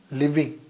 living